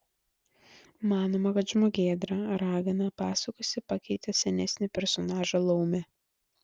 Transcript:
manoma kad žmogėdra ragana pasakose pakeitė senesnį personažą laumę